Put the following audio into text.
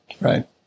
right